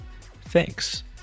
Thanks